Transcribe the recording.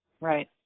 Right